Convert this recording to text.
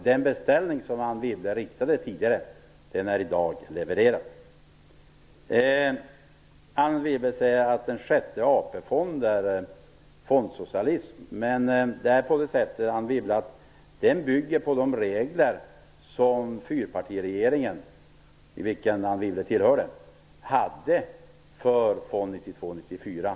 Den beställning som Anne Wibble tidigare gjorde är alltså i dag levererad. Anne Wibble säger att en sjätte AP-fond är fondsocialism. Men, Anne Wibble, den bygger på de regler för fonderna som gällde 1992-1994 under fyrpartiregeringen, vilken Anne Wibble tillhörde.